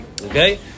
Okay